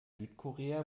südkorea